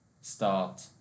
start